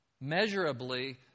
measurably